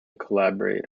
collaborate